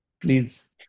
please